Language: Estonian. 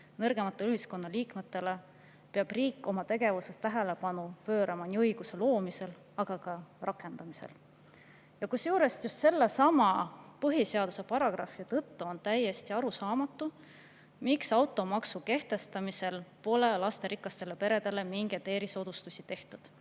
nõrgematele ühiskonnaliikmetele peab riik oma tegevuses tähelepanu pöörama nii õiguse loomisel kui ka rakendamisel. Kusjuures just sellesama põhiseaduse paragrahvi tõttu on täiesti arusaamatu, miks automaksu kehtestamisel pole lasterikastele peredele mingeid erisoodustusi tehtud.